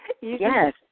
Yes